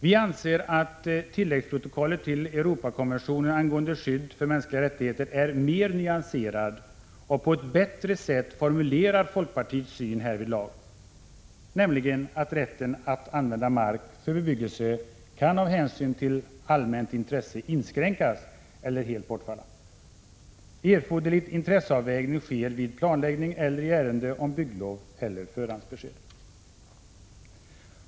Vi anser att tilläggsprotokollet till Europakonventionen angående skydd för mänskliga rättigheter är mer nyanserat och på ett bättre sätt formulerar folkpartiets syn, nämligen att rätten att använda mark för bebyggelse kan av hänsyn till allmänt intresse inskränkas eller helt bortfalla. Erforderlig intresseavvägning sker vid planläggning eller i ärende om byggnadslov eller förhandsbesked.